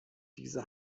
diese